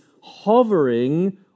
hovering